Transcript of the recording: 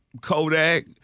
Kodak